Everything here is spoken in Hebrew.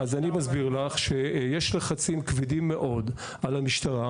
אז אני מסביר לך שיש לחצים כבדים מאוד על המשטרה,